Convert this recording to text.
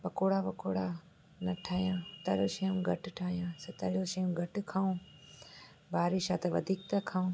पकौड़ा वकौड़ा न ठाहियां तर शयूं घटि ठाहियां तरियल शयूं घटि खाऊं बारिश आहे त वधीक था खाऊं